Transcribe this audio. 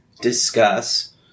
discuss